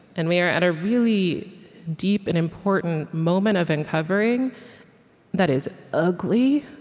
and we are at a really deep and important moment of uncovering that is ugly,